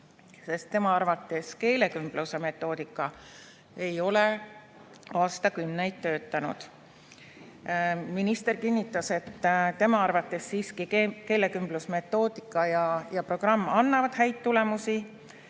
sest tema arvates keelekümblusmetoodika ei ole aastakümneid töötanud. Minister kinnitas, et tema arvates siiski keelekümblusmetoodika ja ‑programm annavad häid tulemusi,